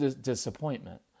disappointment